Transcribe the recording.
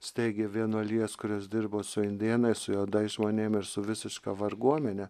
steigė vienuolijas kurios dirbo su indėnais su juodais žmonėm ir su visiška varguomene